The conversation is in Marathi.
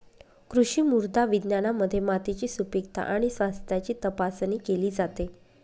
कृषी मृदा विज्ञानामध्ये मातीची सुपीकता आणि स्वास्थ्याची तपासणी केली जाते